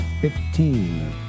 fifteen